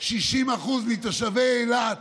60% מתושבי אילת